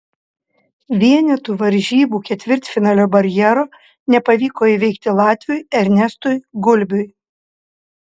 vienetų varžybų ketvirtfinalio barjero nepavyko įveikti latviui ernestui gulbiui